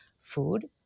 food